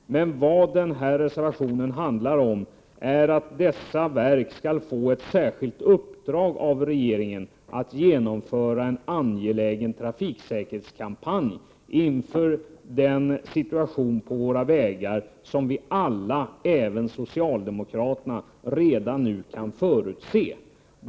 Men vad reservationen handlar om är att dessa verk skall få ett särskilt uppdrag av regeringen att genomföra en angelägen trafiksäkerhetskampanj inför den situation på våra vägar som vi alla, även socialdemokraterna, redan nu kan förutse.